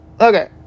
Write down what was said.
okay